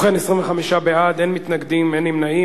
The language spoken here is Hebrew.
ובכן, 25 בעד, אין מתנגדים, אין נמנעים.